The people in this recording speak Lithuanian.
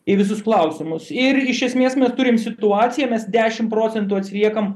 į visus klausimus ir iš esmės mes turim situaciją mes dešimt procentų atsiliekam